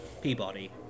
Peabody